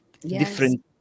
different